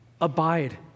abide